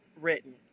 written